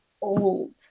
old